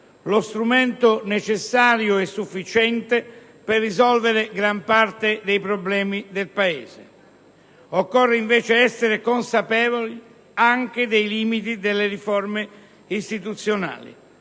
lo strumento necessario e sufficiente per risolvere gran parte dei problemi dei Paese. Occorre invece essere consapevoli anche dei limiti delle riforme istituzionali.